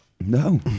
No